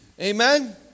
Amen